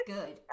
Good